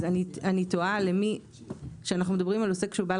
אז כשאנחנו מדברים על עוסק שהוא בעל